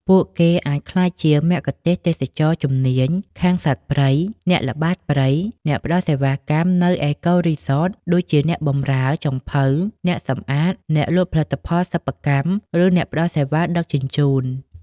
ពួកគេអាចក្លាយជាមគ្គុទ្ទេសក៍ទេសចរណ៍ជំនាញខាងសត្វព្រៃ អ្នកល្បាតព្រៃ អ្នកផ្តល់សេវាកម្មនៅ អេកូរីសត ដូចជាអ្នកបម្រើ ចុងភៅ អ្នកសម្អាត អ្នកលក់ផលិតផលសិប្បកម្ម ឬអ្នកផ្តល់សេវាដឹកជញ្ជូន។